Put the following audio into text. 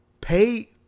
Pay